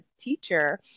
teacher